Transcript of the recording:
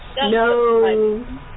no